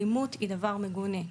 אלימות היא דבר מגונה,